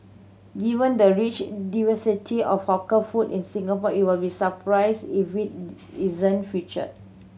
given the rich diversity of hawker food in Singapore it will be surprised if it isn't featured